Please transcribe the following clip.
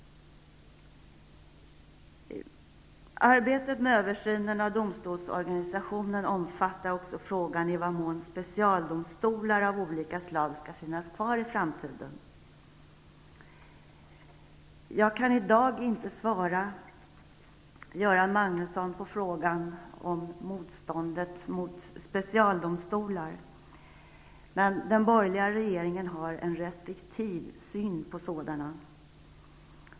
Arbetet med översynen av domstolsorganisationen omfattar också frågan om i vad mån specialdomstolar av olika slag skall finnas kvar i framtiden. Jag kan i dag, Göran Magnusson, inte svara på frågan om motståndet mot specialdomstolar. Den borgerliga regeringen har en restriktiv syn på sådana.